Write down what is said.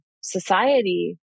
society